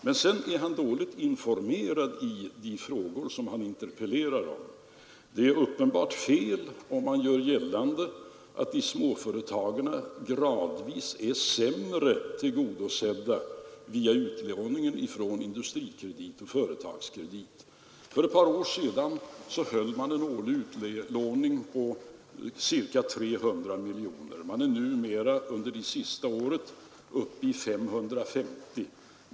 Herr Sjönell är emellertid dåligt informerad i de frågor som han interpellerar om. Det är uppenbart fel om han gör gällande att småföretagen gradvis har blivit sämre tillgodosedda via utlåningen ifrån Industrikredit och Företagskredit. För ett par år sedan höll man en årlig utlåning på ca 300 miljoner kronor. Man var under det senaste året uppe i 550 miljoner.